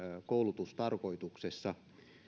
koulutustarkoituksessa